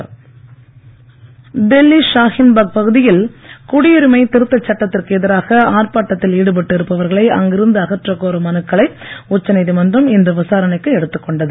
குடியுரிமை நீதிமன்றம் டெல்லி ஷாகின் பாக் பகுதியில் குடியுரிமை திருத்த சட்டத்திற்கு எதிராக ஆர்ப்பாட்டத்தில் ஈடுபட்டு இருப்பவர்களை அங்கிருந்து அகற்றக் கோரும் மனுக்களை உச்சநீதிமன்றம் இன்று விசாரணைக்கு எடுத்துக் கொண்டது